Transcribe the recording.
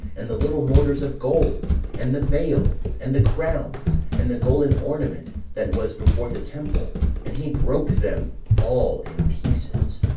and the little mortars of gold, and the veil, and the crowns, and the golden ornament that was before the temple and he broke them all in pieces.